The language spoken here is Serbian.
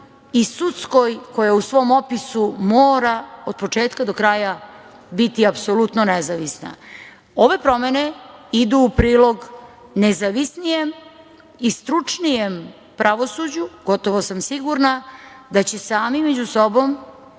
i sudskoj, koja u svom opisu mora od početka do kraja biti apsolutno nezavisna, ove promene idu u prilog nezavisnijem i stručnijem pravosuđu. Gotovo sam sigurna da će sami među sobom